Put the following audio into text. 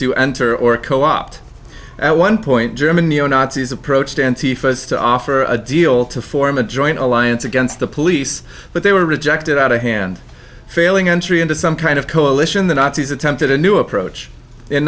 to enter or co opt at one point german neo nazis approached to offer a deal to form a joint alliance against the police but they were rejected out of hand failing entry into some kind of coalition the nazis attempted a new approach in